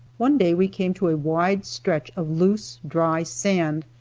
one day we came to a wide stretch of loose dry sand,